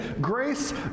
Grace